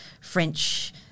French